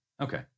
okay